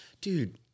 dude